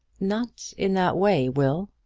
not in that way, will.